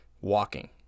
Walking